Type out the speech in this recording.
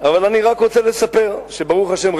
אבל אני רק רוצה לספר שברוך השם,